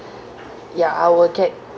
ya I will get